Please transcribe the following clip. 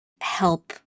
help